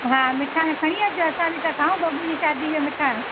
हा मिठाण खणी अचिजो असां बि त खाऊं बबू जी शादीअ जो मिठाण